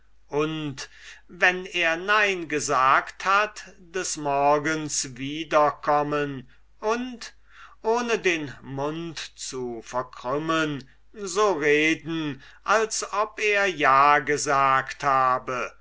und wenn er nein gesagt hat des morgens wiederkommen und ohne den mund zu verkrümmen so reden als ob er ja gesagt habe